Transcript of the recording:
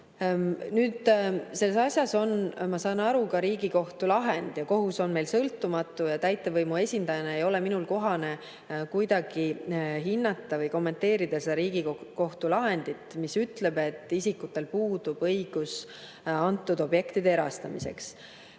Nüüd, selles asjas on, ma saan aru, ka Riigikohtu lahend. Kohus on meil sõltumatu ja täitevvõimu esindajana ei ole minul kohane kuidagi hinnata või kommenteerida seda Riigikohtu lahendit, mis ütleb, et nendel isikutel puudub õigus antud objektide erastamiseks.